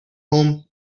home